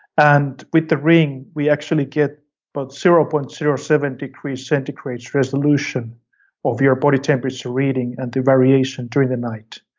and with the ring, we actually get about but zero point zero seven degrees centigrade resolution of your body temperature reading and the variation during the night.